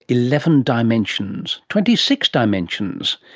eleven dimensions. twenty six dimensions.